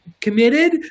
committed